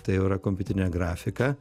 tai jau yra kompiuterinė grafika